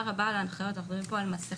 רבה על ההנחיות: אנחנו מדברים פה על מסיכה,